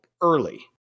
early